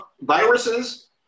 viruses